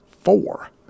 four